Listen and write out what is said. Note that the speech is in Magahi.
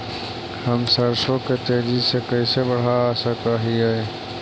हम सरसों के तेजी से कैसे बढ़ा सक हिय?